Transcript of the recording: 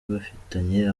bafitanye